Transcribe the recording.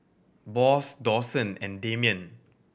Boss Dawson and Damien